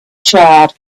charred